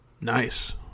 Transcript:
Nice